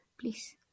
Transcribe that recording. please